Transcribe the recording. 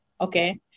Okay